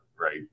right